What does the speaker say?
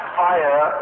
fire